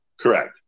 Correct